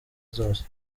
zose